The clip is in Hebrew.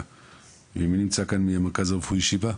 מי נמצא כאן מהמרכז הרפואי שיבא?